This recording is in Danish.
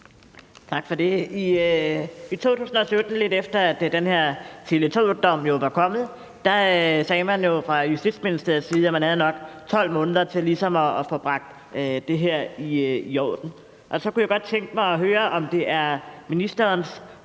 Tak for det. I 2017, lidt efter at den her Tele2-dom jo var kommet, sagde man fra Justitsministeriets side, at man nok havde 12 måneder til ligesom at få bragt det her i orden. Og så kunne jeg godt tænke mig at høre, om det er ministerens